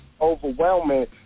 overwhelming